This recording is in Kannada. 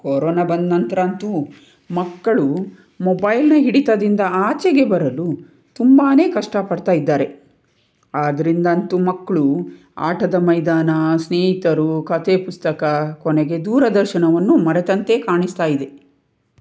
ಕೊರೊನಾ ಬಂದ ನಂತರ ಅಂತೂ ಮಕ್ಕಳು ಮೊಬೈಲ್ನ ಹಿಡಿತದಿಂದ ಆಚೆಗೆ ಬರಲು ತುಂಬ ಕಷ್ಟಪಡ್ತಾ ಇದ್ದಾರೆ ಆದ್ದರಿಂದಂತೂ ಮಕ್ಕಳು ಆಟದ ಮೈದಾನ ಸ್ನೇಹಿತರು ಕಥೆ ಪುಸ್ತಕ ಕೊನೆಗೆ ದೂರದರ್ಶನವನ್ನು ಮರೆತಂತೆ ಕಾಣಿಸ್ತಾ ಇದೆ